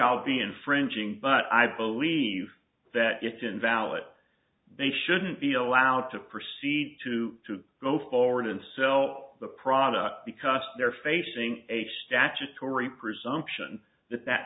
i'll be infringing but i believe that it's invalid they shouldn't be allowed to proceed to go forward and sell the product because they're facing a statutory presumption that that